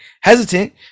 hesitant